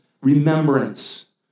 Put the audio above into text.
remembrance